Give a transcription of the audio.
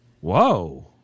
Whoa